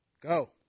Go